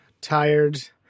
tired